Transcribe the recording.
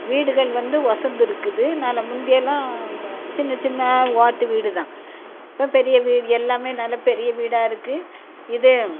வீடுகள் வந்து ஒசந்துருக்குது நல்ல முந்தியெல்லாம் சின்ன சின்ன ஓட்டு வீடு தான் இப்போ பெரிய வீ எல்லாமே நல்லா பெரிய வீடாக இருக்குது இது